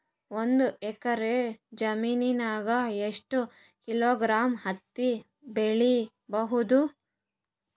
ಒಂದ್ ಎಕ್ಕರ ಜಮೀನಗ ಎಷ್ಟು ಕಿಲೋಗ್ರಾಂ ಹತ್ತಿ ಬೆಳಿ ಬಹುದು?